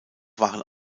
waren